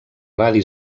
radi